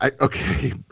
okay